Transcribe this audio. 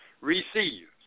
Receive